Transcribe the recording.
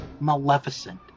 Maleficent